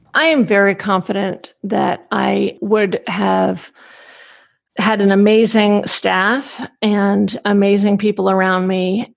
i am very confident that i would have had an amazing staff and amazing people around me.